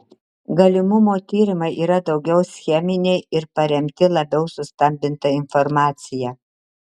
galimumo tyrimai yra daugiau scheminiai ir paremti labiau sustambinta informacija